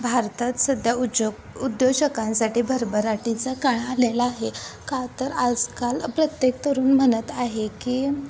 भारतात सध्या उज्जोग उद्योजकांसाठी भरभराटीचा काळ आलेला आहे का तर आजकाल प्रत्येक तरुण म्हणत आहे की